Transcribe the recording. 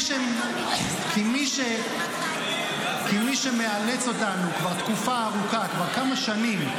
כי מי שמאלץ אותנו כבר תקופה ארוכה, כבר כמה שנים,